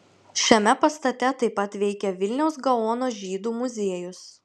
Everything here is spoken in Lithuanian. šiame pastate taip pat veikia vilniaus gaono žydų muziejus